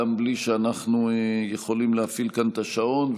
בלי שאנחנו יכולים להפעיל כאן את השעון.